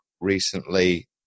recently